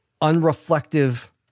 unreflective